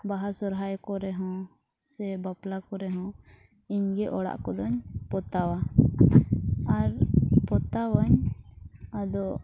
ᱵᱟᱦᱟ ᱥᱚᱦᱨᱟᱭ ᱠᱚᱨᱮ ᱦᱚᱸ ᱥᱮ ᱵᱟᱯᱞᱟ ᱠᱚᱨᱮᱦᱚᱸ ᱤᱧᱜᱮ ᱚᱲᱟᱜ ᱠᱚᱫᱚᱧ ᱯᱚᱛᱟᱣᱟ ᱟᱨ ᱯᱚᱛᱟᱣᱟᱹᱧ ᱟᱫᱚ